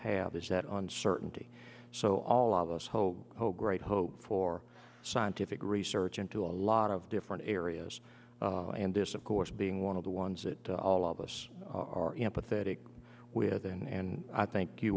have is that on certainty so all of us hope great hope for scientific research into a lot of different areas and this of course being one of the ones that all of us are pathetic within and i think you